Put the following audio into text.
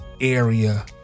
area